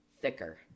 thicker